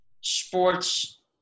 sports